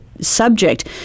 subject